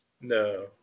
No